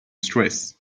stress